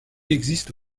existe